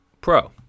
pro